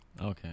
Okay